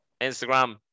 Instagram